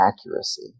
accuracy